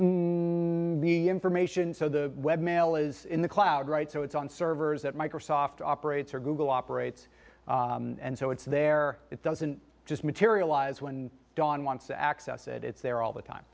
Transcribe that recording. know the information so the web mail is in the cloud right so it's on servers at microsoft operates or google operates and so it's there it doesn't just materialize when dawn wants to access it it's there all the time